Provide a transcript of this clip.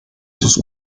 sus